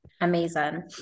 amazing